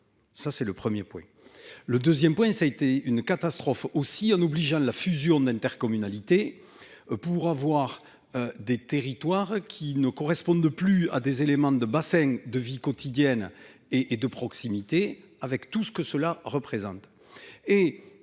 Ça c'est le 1er point le 2ème point. Ça a été une catastrophe aussi en obligeant la fusion de l'intercommunalité. Pour avoir des territoires qui ne correspondent plus à des éléments de bassin de vie quotidienne et et de proximité avec tout ce que cela représente